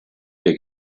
der